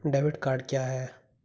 Debit card क्या है?